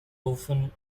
often